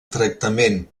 tractament